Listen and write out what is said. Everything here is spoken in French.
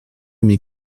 mes